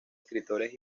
escritores